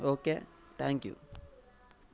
okay thank you